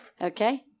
Okay